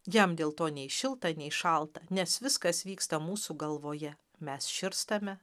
jam dėl to nei šilta nei šalta nes viskas vyksta mūsų galvoje mes širstame